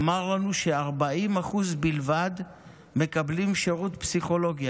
אמר לנו ש-40% בלבד מקבלים שירות פסיכולוגי,